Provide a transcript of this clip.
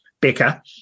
Becca